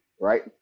right